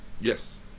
Yes